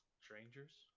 Strangers